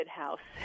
house